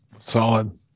solid